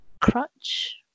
crutch